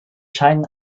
scheinen